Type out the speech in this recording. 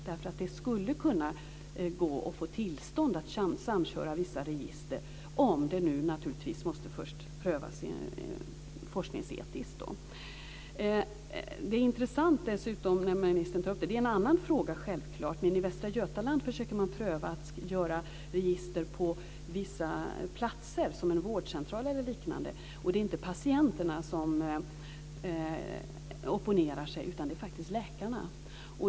Det skulle kunna gå att få tillstånd att samköra vissa register, även om det naturligtvis först måste prövas forskningsetiskt. Det är intressant med det som ministern tar upp, men det är givetvis en annan fråga att man i Västra Götaland försöker pröva att göra register på vissa platser, som en vårdcentral eller liknande. Och det är inte patienterna som opponerar sig utan det är faktiskt läkarna.